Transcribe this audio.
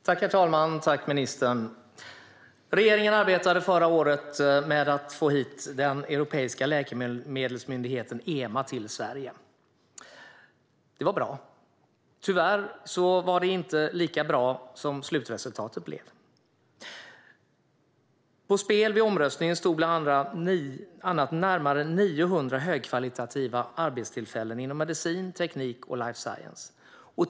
Herr talman! Tack, ministern! Regeringen arbetade förra året med att få hit den europeiska läkemedelsmyndigheten EMA till Sverige. Det var bra. Tyvärr blev slutresultatet inte lika bra. På spel vid omröstningen stod bland annat närmare 900 högkvalitativa arbetstillfällen inom medicin, teknik och life science.